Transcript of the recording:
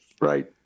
right